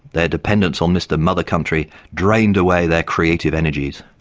their dependence on mr mother country drained away their creative energies.